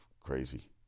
crazy